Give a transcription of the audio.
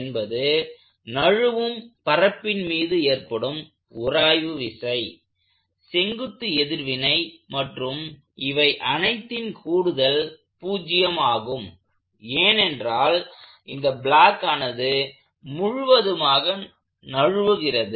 என்பது நழுவும் பரப்பின் மீது ஏற்படும் உராய்வு விசை செங்குத்து எதிர்வினை மற்றும் இவை அனைத்தின் கூடுதல் 0 ஆகும் ஏனென்றால் இந்த ப்ளாக் ஆனது முழுவதுமாக நழுவுகிறது